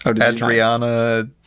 Adriana